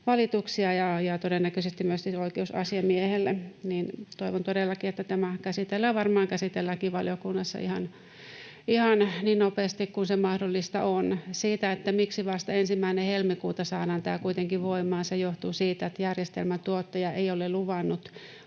valituksia ja todennäköisesti myös oikeusasiamiehelle, niin toivon todellakin, että tämä käsitellään, ja varmaan käsitelläänkin, valiokunnassa ihan niin nopeasti kuin se mahdollista on. Siitä, miksi kuitenkin vasta 1. helmikuuta saadaan tämä voimaan: Se johtuu siitä, että järjestelmän tuottaja ei ole luvannut